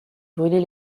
brûler